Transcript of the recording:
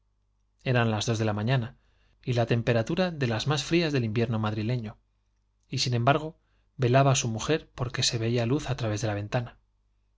eran las dos de la mañana y la tempera más frías del invierno madrile ño y tura de las se veía luz sin embargo velaba su mujer porque á través de la ventana